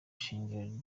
shingiro